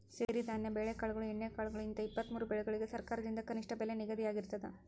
ಸಿರಿಧಾನ್ಯ ಬೆಳೆಕಾಳುಗಳು ಎಣ್ಣೆಕಾಳುಗಳು ಹಿಂತ ಇಪ್ಪತ್ತಮೂರು ಬೆಳಿಗಳಿಗ ಸರಕಾರದಿಂದ ಕನಿಷ್ಠ ಬೆಲೆ ನಿಗದಿಯಾಗಿರ್ತದ